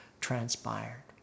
transpired